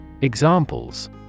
Examples